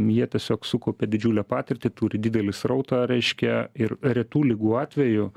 jie tiesiog sukaupė didžiulę patirtį turi didelį srautą reiškia ir retų ligų atvejų